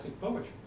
poetry